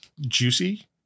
Juicy